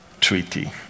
Treaty